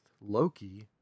Loki